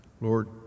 Lord